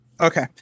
Okay